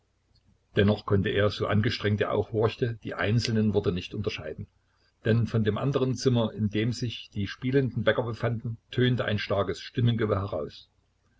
dennoch konnte er so angestrengt er auch horchte die einzelnen worte nicht unterscheiden denn von dem anderen zimmer in dem sich die spielenden bäcker befanden tönte ein starkes stimmengewirr heraus